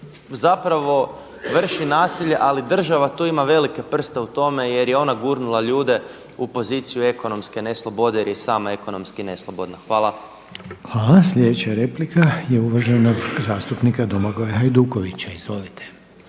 zapravo vrši nasilje, ali država tu ima velike prste u tome jer je ona gurnula ljude u poziciju ekonomske ne slobode jer je sama ekonomski ne slobodna. Hvala. **Reiner, Željko (HDZ)** Hvala. Sljedeća replika je uvažanog zastupnika Domagoja Hajdukovića. Izvolite.